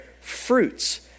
fruits